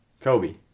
Kobe